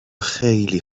خیلی